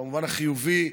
במובן החיובי,